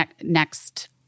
next